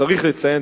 צריך לציין,